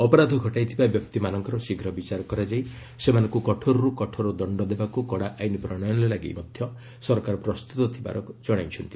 ଅପରାଧ ଘଟାଇଥିବା ବ୍ୟକ୍ତିମାନଙ୍କର ଶୀଘ୍ର ବିଚାର କରାଯାଇ ସେମାନଙ୍କୁ କଠୋରରୁ କଠୋର ଦଣ୍ଡ ଦେବାକୁ କଡ଼ା ଆଇନ୍ ପ୍ରଶୟନ ଲାଗି ମଧ୍ୟ ସରକାର ପ୍ରସ୍ତୁତ ଥିବାର ଜଣାଇଛନ୍ତି